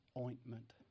ointment